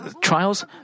trials